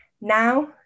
now